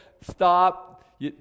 Stop